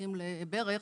שמחכים לברך,